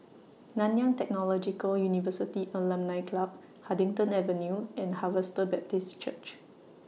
Nanyang Technological University Alumni Club Huddington Avenue and Harvester Baptist Church